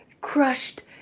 crushed